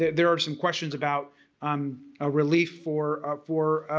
there are some questions about um ah relief for ah for